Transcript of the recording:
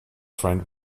friend